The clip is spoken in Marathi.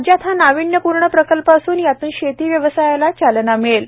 राज्यात हा नावीण्यपूर्ण प्रकल्प असून यातून शेती व्यवसायाला चालना मिळेल